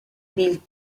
bill